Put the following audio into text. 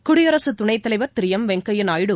குடியரசு துணைத் தலைவர் திரு எம் வெங்கய்ய நாயுடு